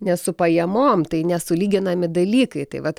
ne su pajamom tai nesulyginami dalykai tai vat